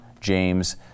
James